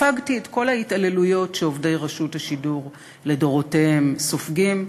ספגתי את כל ההתעללויות שעובדי רשות השידור לדורותיהם סופגים.